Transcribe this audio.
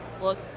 look